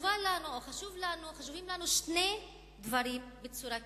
חשובים לנו שני דברים בצורה קריטית.